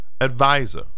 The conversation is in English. advisor